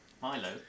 Milo